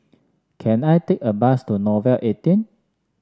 can I take a bus to Nouvel eighteen